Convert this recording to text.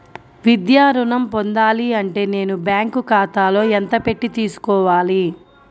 విద్యా ఋణం పొందాలి అంటే నేను బ్యాంకు ఖాతాలో ఎంత పెట్టి తీసుకోవాలి?